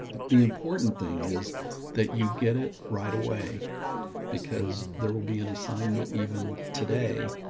the important thing is that you get it right away because there will be an assignment even today,